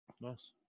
Nice